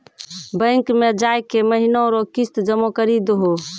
bank मे जाय के महीना रो किस्त जमा करी दहो